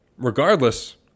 Regardless